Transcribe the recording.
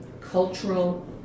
cultural